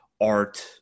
art